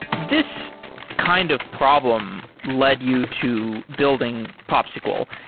this kind of problem led you to building popsql,